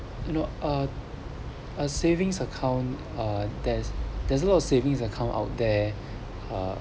you know a a savings account uh there's there's a lot of savings account out there uh